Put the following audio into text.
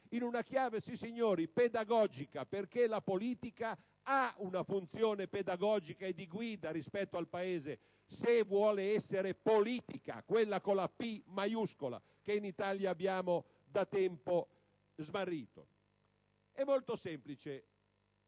in una chiave, sissignori, pedagogica, perché la politica ha una funzione pedagogica e di guida rispetto al Paese se vuole essere politica, quella con la "P" maiuscola che in Italia abbiamo da tempo smarrito. *(Applausi